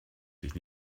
sich